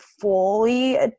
fully